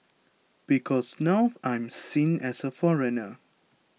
because now I'm seen as a foreigner